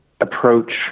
approach